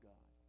God